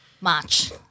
March